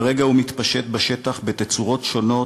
כרגע הוא מתפשט בשטח בתצורות שונות,